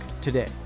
today